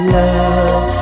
love